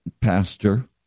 pastor